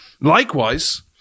Likewise